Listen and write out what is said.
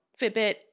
Fitbit